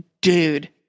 dude